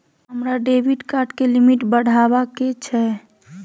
हमरा debit card के लिमिट बढावा के छै